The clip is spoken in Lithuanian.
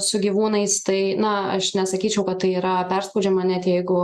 su gyvūnais tai na aš nesakyčiau kad tai yra perspaudžiama net jeigu